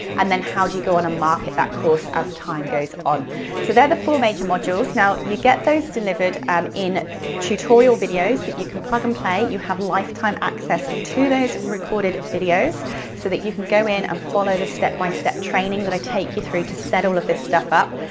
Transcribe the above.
and then how do you go on market that course as time goes on. so there are the four major modules. now, you get those delivered um in tutorial videos that you can plug and play. you have lifetime access to those recorded videos so that you can go in and follow the step by step training that i take you through to set all of this stuff up.